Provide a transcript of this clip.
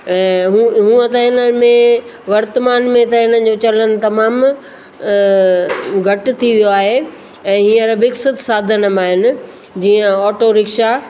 हू हूअं त हिन वर्तमान में त इन्हनि जो चलनि तमामु घटि थी वियो आहे ऐं हींअर विकसित साधन मां आहिनि जीअं ऑटो रिक्शा